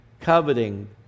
coveting